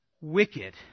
wicked